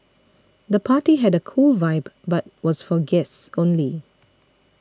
the party had a cool vibe but was for guests only